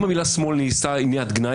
אם המילה שמאל היא מילת גנאי,